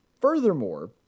Furthermore